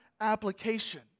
application